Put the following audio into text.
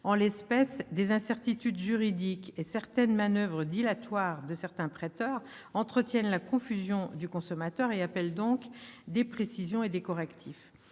En l'espèce, des incertitudes juridiques et les manoeuvres dilatoires de certains prêteurs entretiennent la confusion du consommateur, appelant des précisions et des correctifs.